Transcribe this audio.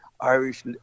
Irish